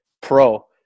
pro